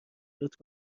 لطف